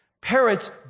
Parents